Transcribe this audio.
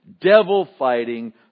devil-fighting